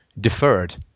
deferred